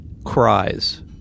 cries